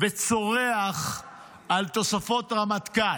וצורח על תוספות רמטכ"ל.